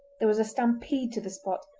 there was a stampede to the spot,